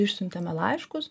išsiuntėme laiškus